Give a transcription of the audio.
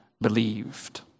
believed